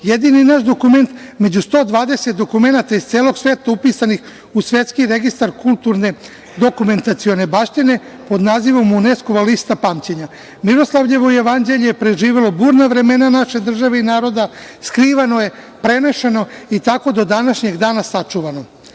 jedini naš dokument među 120 dokumenata iz celog sveta upisanih u svetski registar kulturne dokumentacione baštine pod nazivom Uneskova lista pamćenja. Miroslavljevo jevanđelje preživelo je burna vremena naše države i našeg naroda, skrivano je, prenošeno i tako do današnjeg dana sačuvano.